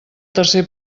tercer